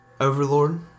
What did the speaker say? Overlord